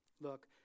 Look